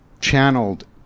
channeled